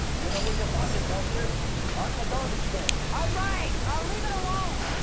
you know where you'll find it, won't you? out in the garbage can. all right, just leave it alone!